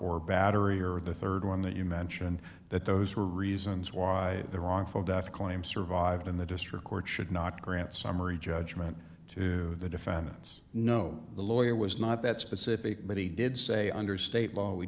or battery or the rd one that you mentioned that those were reasons why the wrongful death claim survived in the district court should not grant summary judgment to the defendants know the lawyer was not that specific but he did say under state law we